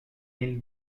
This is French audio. mille